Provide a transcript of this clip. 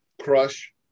Crush